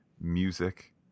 music